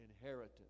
inheritance